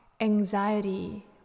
anxiety